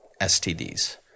STDs